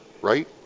right